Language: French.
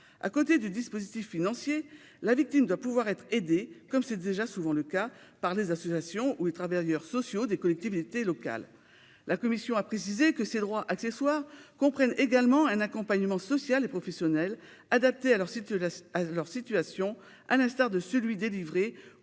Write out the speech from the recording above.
À côté du dispositif financier, la victime doit pouvoir être aidée, comme c'est déjà souvent le cas, par les associations ou les travailleurs sociaux des collectivités locales. La commission a précisé que ces droits accessoires comprennent également un accompagnement social et professionnel adapté à leur situation, à l'instar de celui qui